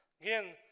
Again